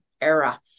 era